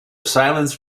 silence